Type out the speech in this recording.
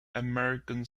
american